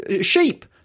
sheep